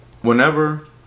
whenever